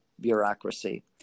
Bureaucracy